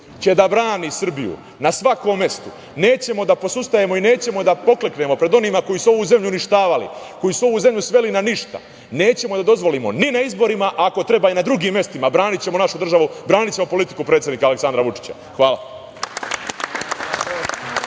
će da brani Srbiju na svakom mestu, nećemo da posustajemo i nećemo da pokleknemo pred onima koji su ovu zemlju uništavali, koji su ovu zemlju sveli na ništa. Nećemo da dozvolimo ni na izborima, ako treba i na drugim mestima, branićemo našu državu, branićemo politiku predsednika Aleksandra Vučića. Hvala.